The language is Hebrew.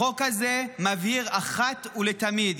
החוק הזה מבהיר אחת ולתמיד,